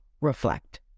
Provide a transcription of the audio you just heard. reflect